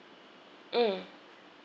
mm